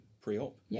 pre-op